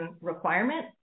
requirement